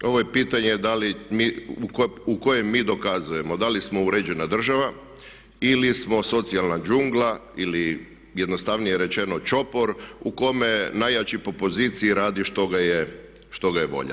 Ovo je pitanje da li mi, u kojem mi dokazujemo da li smo uređena država ili smo socijalna džungla ili jednostavnije rečeno čopor u kome najjači po poziciji radi što ga je volja.